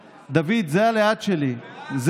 את השחיתות שלכם בסעיפים 1, 2,